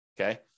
Okay